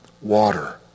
water